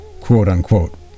quote-unquote